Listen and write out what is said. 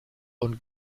und